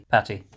Patty